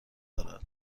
دارد